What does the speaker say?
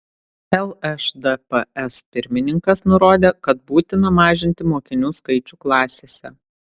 lšdps pirmininkas nurodė kad būtina mažinti mokinių skaičių klasėse